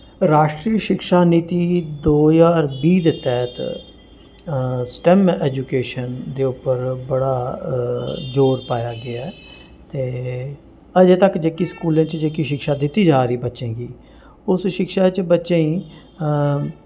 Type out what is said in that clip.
राश्ट्रीय शिक्षा नीति दो ज्हार बीह् दे दे तैह्त स्टेम एजुकेशन दे उप्पर बड़ा जोर पाया गेआ ऐ ते अजें तक जेह्के स्कूलें च जेह्की शिक्षा दित्ती जा दी बच्चें गी उस शिक्षा च बच्चें गी